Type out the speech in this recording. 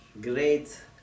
great